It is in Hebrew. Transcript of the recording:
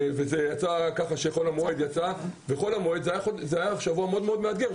חול המועד היה שבוע מאוד מאתגר,